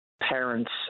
parents